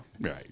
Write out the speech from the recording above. Right